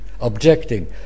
Objecting